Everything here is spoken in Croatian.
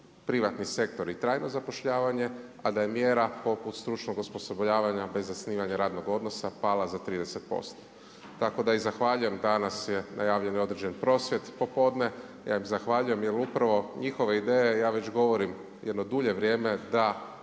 privatni sektor i trajno zapošljavanje, a da je mjera poput stručnog osposobljavanja bez zasnivanja radnog odnosa pala za 30%. Tako da i zahvaljujem, danas je najavljen i određen prosvjed popodne. Ja im zahvaljujem, jer upravo njihove ideje ja već govorim jedno dulje vrijeme da